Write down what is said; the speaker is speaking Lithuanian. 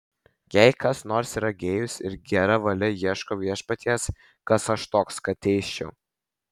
jei kas nors yra gėjus ir gera valia ieško viešpaties kas aš toks kad teisčiau